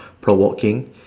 per walking